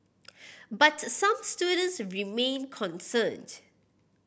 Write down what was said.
but some students remain concerned